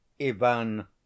ivan